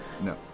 No